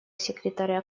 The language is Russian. секретаря